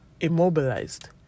immobilized